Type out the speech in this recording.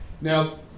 Now